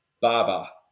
Baba